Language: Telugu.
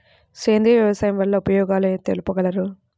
సేంద్రియ వ్యవసాయం వల్ల ఉపయోగాలు తెలుపగలరు?